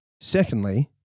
secondly